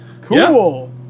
Cool